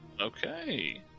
Okay